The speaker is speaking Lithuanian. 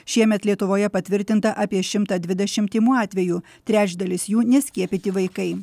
šiemet lietuvoje patvirtinta apie šimtą dvidešimtymų atvejų trečdalis jų neskiepyti vaikai